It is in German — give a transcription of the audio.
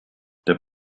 der